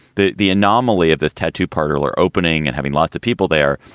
the the anomaly of this tattoo parlor opening and having lots of people there,